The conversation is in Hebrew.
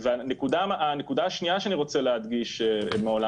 הנקודה השנייה שאני רוצה להדגיש מעולם